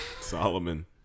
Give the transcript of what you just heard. Solomon